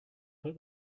put